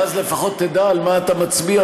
ואז לפחות תדע על מה אתה מצביע,